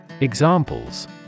Examples